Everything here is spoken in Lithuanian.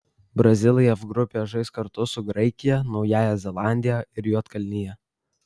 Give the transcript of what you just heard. brazilai f grupėje žais kartu su graikija naująja zelandija ir juodkalnija